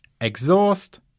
Exhaust